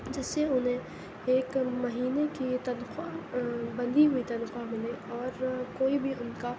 جس سے اُنہیں ایک مہینے کی تنخواہ بندھی ہوئی تنخواہ ملے اور کوئی بھی اُن کا